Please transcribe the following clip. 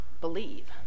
believe